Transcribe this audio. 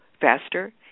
faster